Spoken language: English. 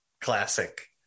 Classic